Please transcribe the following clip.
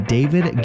David